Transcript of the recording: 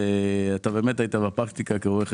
אתה באמת היית בפרקטיקה כרואה חשבון.